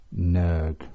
Nerg